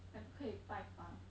like 不可以拜访